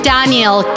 Daniel